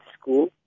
school